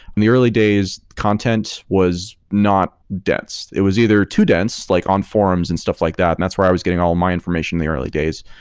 in the early days, content was not dense. it was either too dense, like on forums and stuff like that and that's where i was getting all my information in the early days,